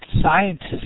scientists